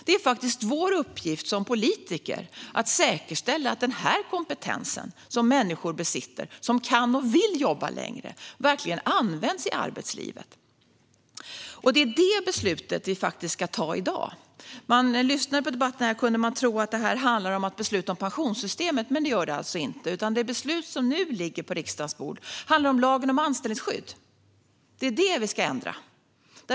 Det är vår uppgift som politiker att säkerställa att den här kompetensen, som människor som kan och vill jobba längre besitter, verkligen används i arbetslivet. Och det är det beslutet vi ska ta i dag. När man lyssnar på debatten här skulle man kunna tro att det handlar om att besluta om pensionssystemet, men det gör det alltså inte. Det beslut som nu ligger på riksdagens bord handlar om lagen om anställningsskydd. Det är den vi ska ändra.